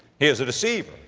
he is a deceiver.